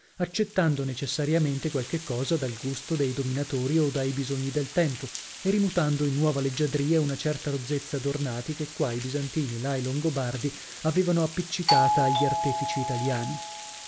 accettando necessariamente qualche cosa dal gusto dei dominatori o dai bisogni del tempo e rimutando in nuova leggiadria una certa rozzezza d'ornati che qua i bisantini là i longobardi avevano appiccicata agli artefici italiani